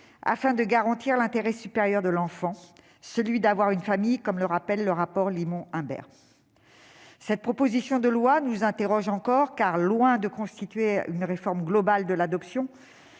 afin de garantir l'intérêt supérieur de l'enfant, lequel est toujours d'avoir une famille, comme le rappelle le rapport Limon-Imbert. Cette proposition de loi nous interroge également, car, loin de constituer une réforme globale de l'adoption,